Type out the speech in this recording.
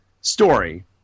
story